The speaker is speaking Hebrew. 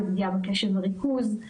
בפגיעה בקשב וריכוז,